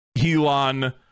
Elon